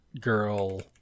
girl